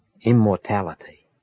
immortality